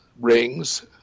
rings